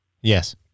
Yes